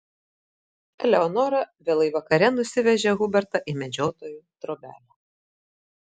eleonora vėlai vakare nusivežė hubertą į medžiotojų trobelę